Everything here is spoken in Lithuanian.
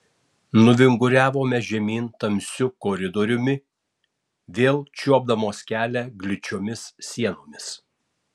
nuvinguriavome žemyn tamsiu koridoriumi vėl čiuopdamos kelią gličiomis sienomis